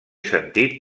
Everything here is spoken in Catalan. sentit